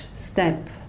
step